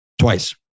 Twice